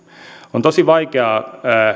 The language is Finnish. on tosi vaikeaa